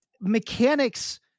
mechanics